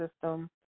system